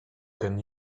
can